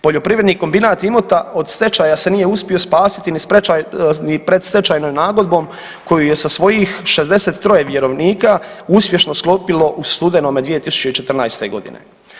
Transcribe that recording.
Poljoprivredni kombinat Imota od stečaja se nije uspio spasiti ni predstečajnom nagodbom koju je sa svojih 63 vjerovnika uspješno sklopilo u studenome 2014. godine.